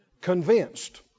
Convinced